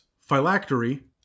phylactery